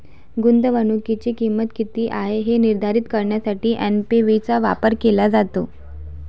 गुंतवणुकीची किंमत किती आहे हे निर्धारित करण्यासाठी एन.पी.वी चा वापर केला जातो